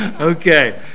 Okay